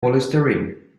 polystyrene